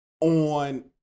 on